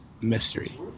mystery